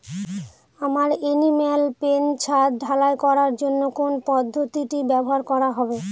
আমার animal pen ছাদ ঢালাই করার জন্য কোন পদ্ধতিটি ব্যবহার করা হবে?